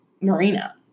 marina